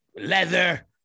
leather